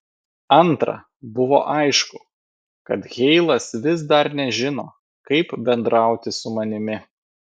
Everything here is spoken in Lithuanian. antra buvo aišku kad heilas vis dar nežino kaip bendrauti su manimi